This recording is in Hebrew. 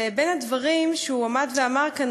ובין הדברים שהוא אמר כאן,